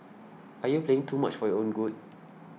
are you playing too much for your own good